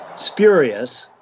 spurious